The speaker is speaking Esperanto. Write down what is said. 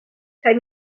kaj